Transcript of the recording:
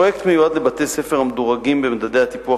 הפרויקט מיועד לבתי-הספר המדורגים במדדי הטיפוח